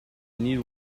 need